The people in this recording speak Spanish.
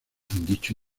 dicho